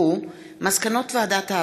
מסקנות ועדת העבודה,